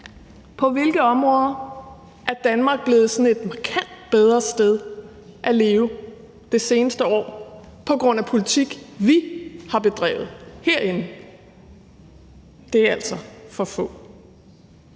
På hvilke områder er Danmark blevet et markant bedre sted at leve i det seneste år på grund af politik, vi har bedrevet herindefra? Det er altså for få.